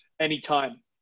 anytime